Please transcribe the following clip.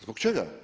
Zbog čega?